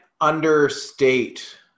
understate